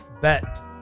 bet